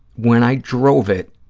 when i drove it,